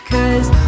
Cause